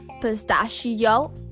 pistachio